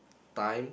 time